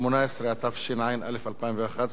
התשע"ב 2011,